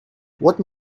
what